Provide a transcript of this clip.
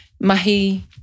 mahi